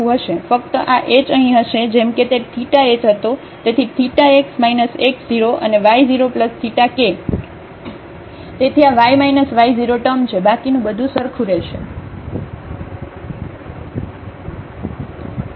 ફક્ત આ h અહીં હશે જેમ કે તે θ h હતો તેથી θ x x 0 અને y 0 θ કે તેથી આ y y 0 ટર્મ છે બાકીનું બધું સરખા રહેશે